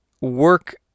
work